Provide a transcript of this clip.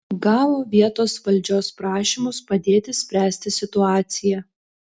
gavo vietos valdžios prašymus padėti spręsti situaciją